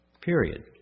Period